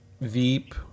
Veep